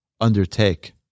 undertake